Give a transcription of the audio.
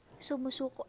sumusuko